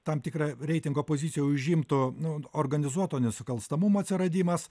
tam tikrą reitingo poziciją užimtų nu organizuoto nusikalstamumo atsiradimas